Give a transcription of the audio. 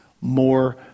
more